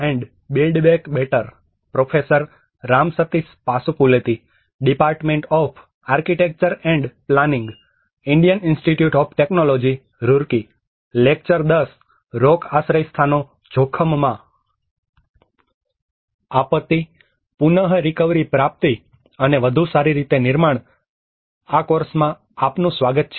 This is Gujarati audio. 'આપત્તિ પુનરીકવરી પ્રાપ્તિ અને વધુ સારી રીતે નિર્માણbuild back better' ના કોર્સમાં આપનું સ્વાગત છે